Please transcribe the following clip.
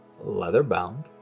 leather-bound